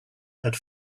had